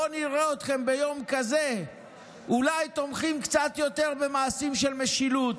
בואו נראה אתכם ביום כזה אולי תומכים קצת יותר במעשים של משילות,